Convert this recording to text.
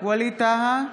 ווליד טאהא,